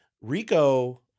Rico